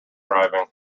driving